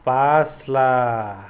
পাঁচ লাখ